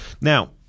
Now